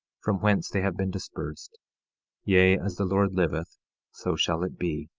from whence they have been dispersed yea, as the lord liveth so shall it be.